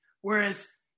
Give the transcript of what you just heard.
whereas